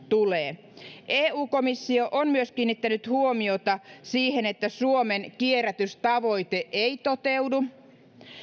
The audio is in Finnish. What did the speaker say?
tulee myös eu komissio on kiinnittänyt huomiota siihen että suomen kierrätystavoite ei toteudu